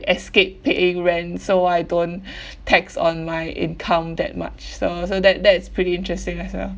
escape paying rent so I don't tax on my income that much so so that that is pretty interesting as well